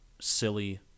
silly